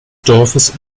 dorfes